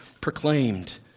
proclaimed